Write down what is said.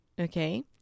Okay